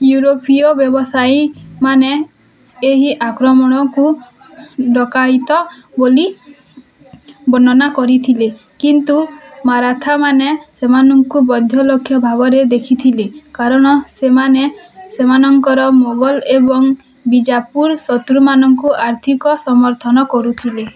ୟୌରୋପି ବ୍ୟବସାୟି ମାନେ ଏହି ଆକ୍ରମଣକୁ ଡକାୟିତ ବୋଲି ବର୍ଣ୍ଣନା କରିଥିଲେ କିନ୍ତୁ ମାରାଥାମାନେ ସେମାନଙ୍କୁ ବଧ୍ୟ ଲକ୍ଷ ଭାବେରେ ଦେଖିଥିଲେ କାରଣ ସେମାନେ ସେମାନଙ୍କର ମୋଗଲ୍ ଏବଂ ବିଜାପୁର ଶତ୍ରୁମାନଙ୍କୁ ଆର୍ଥୀକ ସମର୍ଥନ କରୁଥିଲେ